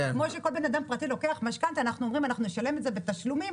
כמו שכל בן אדם פרטי לוקח משכנתה ואומר: נשלם את זה בתשלומים